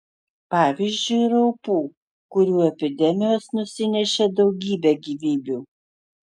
pavyzdžiui raupų kurių epidemijos nusinešė daugybę gyvybių